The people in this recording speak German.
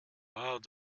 wow